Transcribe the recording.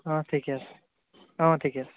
অঁ ঠিকে আছে অঁ ঠিকেই আছে